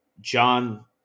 John